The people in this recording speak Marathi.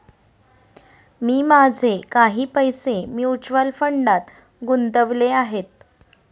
मी माझे काही पैसे म्युच्युअल फंडात गुंतवले आहेत